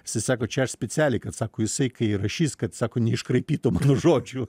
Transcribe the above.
jisai sako čia aš specialiai kad sako jisai kai rašys kad sako neiškraipytų žodžių